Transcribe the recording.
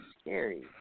scary